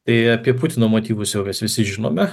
tai apie putino motyvus jau mes visi žinome